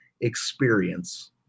experience